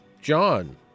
John